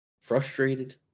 frustrated